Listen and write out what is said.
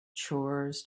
chores